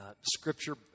scripture